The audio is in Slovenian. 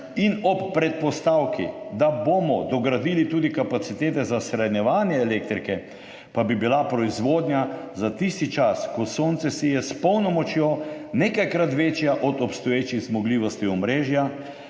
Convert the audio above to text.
in ob predpostavki, da bomo dogradili tudi kapacitete za shranjevanje elektrike, pa bi bila proizvodnja za tisti čas, ko sonce sije s polno močjo, nekajkrat večja od obstoječih zmogljivosti omrežja,